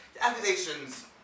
accusations